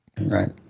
Right